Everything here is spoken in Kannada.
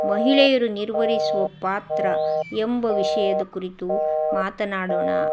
ಮಹಿಳೆಯರುನಿರ್ವಹಿಸುವ ಪಾತ್ರ ಎಂಬ ವಿಷಯದ ಕುರಿತು ಮಾತನಾಡೋಣ